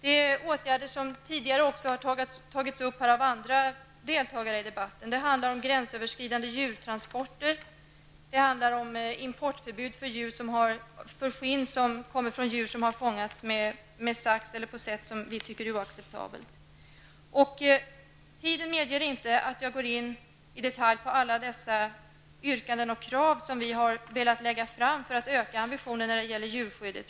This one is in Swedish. Det gäller åtgärder som har tagits upp av andra deltagare i debatten: gränsöverskridande djurtransporter, importförbud beträffande skinn av djur som har fångats med sax eller på något annat sätt som vi tycker är oacceptabelt. Tiden medger inte att jag i detalj går in på alla de yrkanden och krav som vi har fört fram för att öka ambitionen i fråga om djurskyddet.